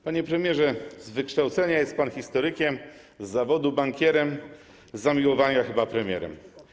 Panie premierze, z wykształcenia jest pan historykiem, z zawodu bankierem, z zamiłowania chyba premierem.